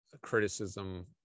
criticism